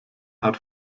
hat